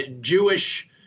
Jewish